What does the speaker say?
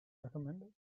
recommended